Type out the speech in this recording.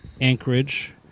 Anchorage